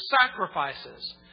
sacrifices